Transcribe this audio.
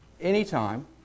anytime